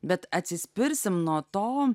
bet atsispirsim nuo to